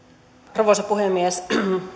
arvoisa puhemies